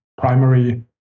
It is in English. primary